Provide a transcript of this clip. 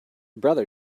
brother